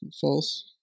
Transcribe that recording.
false